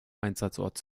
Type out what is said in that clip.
einsatzort